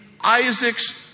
Isaac's